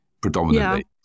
predominantly